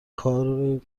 کارگروه